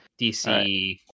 DC